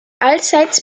allseits